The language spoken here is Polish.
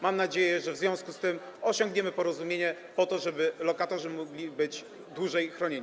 Mam nadzieję, że w związku z tym osiągniemy porozumienie, po to żeby lokatorzy mogli być dłużej chronieni.